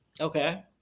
okay